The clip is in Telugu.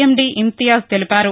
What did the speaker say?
ఎండి ఇంతియాజ్ తెలిపారు